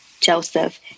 Joseph